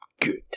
Good